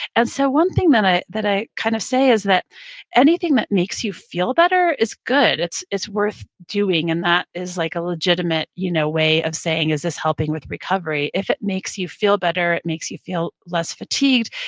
and so one thing that i that i kind of say is that anything that makes you feel better is good. it's it's worth doing. and that is like a legitimate you know way of saying, is this helping with recovery? if it makes you feel better, it makes you feel less fatigued,